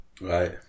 right